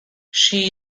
she